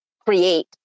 create